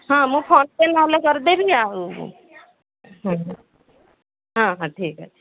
ହଁ ମୁଁ PhonePe ନହେଲେ କରିଦେବି ଆଉ ହଁ ହଁ ଠିକ୍ ଅଛି